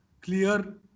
clear